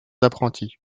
d’apprentis